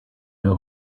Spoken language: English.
know